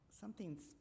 something's